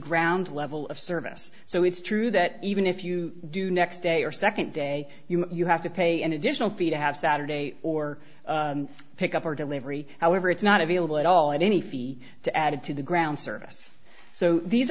ground level of service so it's true that even if you do next day or second day you have to pay an additional fee to have saturday or pick up or delivery however it's not available at all at any fee to add to the ground service so these